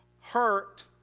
Hurt